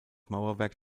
mauerwerk